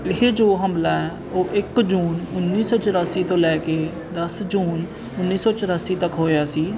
ਇਹ ਜੋ ਹਮਲਾ ਹੈ ਉਹ ਇੱਕ ਜੂਨ ਉੱਨੀ ਸੌ ਚੁਰਾਸੀ ਤੋਂ ਲੈ ਕੇ ਦਸ ਜੂਨ ਉੱਨੀ ਸੌ ਚੁਰਾਸੀ ਤੱਕ ਹੋਇਆ ਸੀ